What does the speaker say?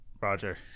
Roger